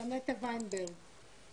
ז'נטה ויינברג.